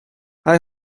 hij